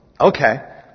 okay